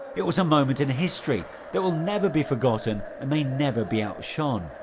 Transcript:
it was a moment in history that will never be forgotten and may never be outshone.